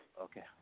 okay